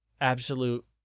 absolute